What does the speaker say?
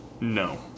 No